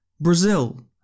Brazil